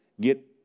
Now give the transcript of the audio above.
get